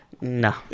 No